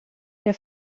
der